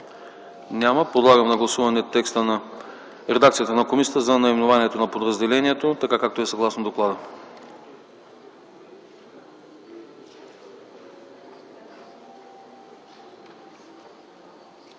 Няма. Подлагам на гласуване редакцията на комисията за наименованието на подразделението съгласно доклада.